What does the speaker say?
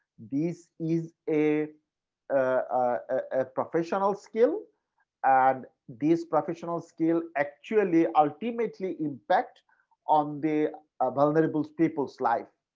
these is a ah professional skill and these professional skill actually ultimately impact on the ah vulnerable people's life.